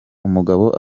umugabo